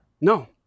No